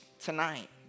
tonight